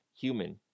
human